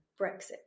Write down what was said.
Brexit